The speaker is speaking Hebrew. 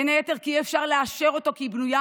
בין היתר כי אי-אפשר לאשר אותה כי היא בנויה